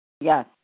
Yes